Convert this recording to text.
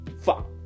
fuck